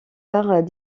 arts